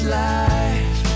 life